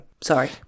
sorry